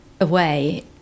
away